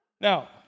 Now